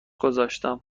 گذاشتم